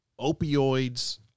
opioids